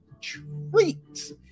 treat